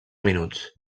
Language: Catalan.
minuts